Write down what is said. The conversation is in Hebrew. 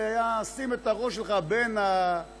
זה היה: שים את הראש שלך בין הרוסים,